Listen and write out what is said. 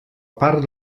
part